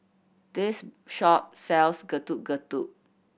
this shop sells Getuk Getuk